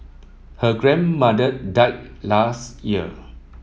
her grandmother died last year